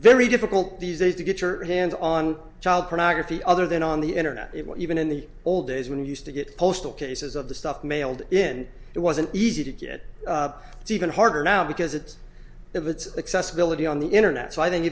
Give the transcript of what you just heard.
very difficult these days to get your hands on child pornography other than on the internet it was even in the old days when you used to get postal cases of the stuff mailed in it wasn't easy to get even harder now because it's that it's accessibility on the internet so i think